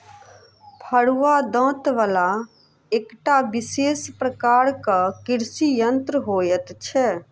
फरूआ दाँत बला एकटा विशेष प्रकारक कृषि यंत्र होइत छै